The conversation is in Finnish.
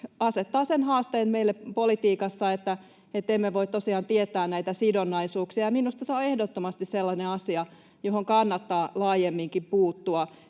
asettaa sen haasteen meille politiikassa, että emme tosiaan voi tietää näitä sidonnaisuuksia. Minusta se on ehdottomasti sellainen asia, johon kannattaa laajemminkin puuttua,